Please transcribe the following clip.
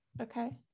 Okay